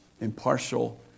impartial